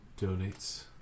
donates